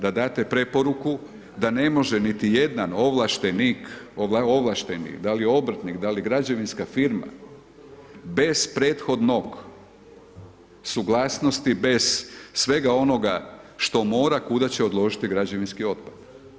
Da date preporuku da ne može niti jedan ovlaštenik, ovlašteni, da li obrtnik, da li građevinska firma, bez prethodnog suglasnosti, bez svega onoga što mora kuda će odložiti građevinski otpad.